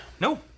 No